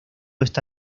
está